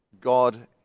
God